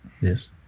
Yes